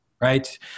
right